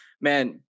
man